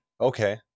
Okay